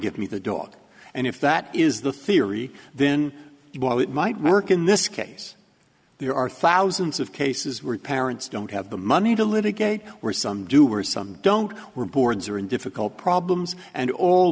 give me the dog and if that is the theory then the while it might work in this case there are thousands of cases where parents don't have the money to litigate were some do or some don't we're boards are in difficult problems and all